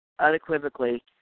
unequivocally